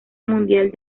mundial